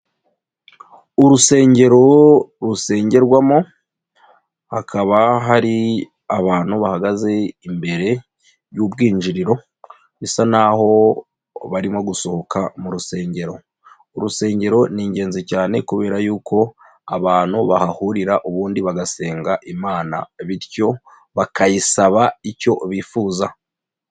Urusengero rusengerwamo hakaba hari abantu bahagaze imbere y'ubwinjiriro bisa n'aho barimo gusohoka mu rusengero, urusengero ni ingenzi cyane kubera yuko abantu bahahurira ubundi bagasenga Imana bityo bakayisaba icyo bifuza.